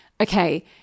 okay